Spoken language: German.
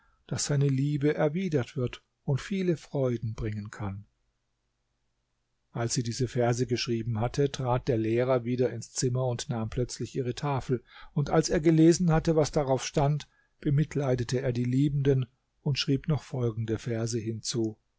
daß seine liebe erwidert wird und viele freuden bringen kann als sie diese verse geschrieben hatte trat der lehrer wieder ins zimmer und nahm plötzlich ihre tafel und als er gelesen hatte was darauf stand bemitleidete er die liebenden und schrieb noch folgende verse hinzu